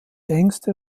ängste